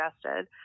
suggested